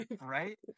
right